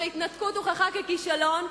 שההתנתקות הוכחה ככישלון,